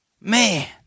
Man